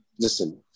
listen